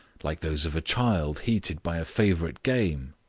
like those of a child heated by a favourite game.